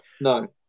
No